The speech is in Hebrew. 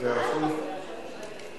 זה אני,